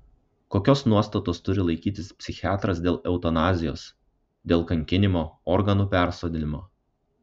kokios nuostatos turi laikytis psichiatras dėl eutanazijos dėl kankinimo organų persodinimo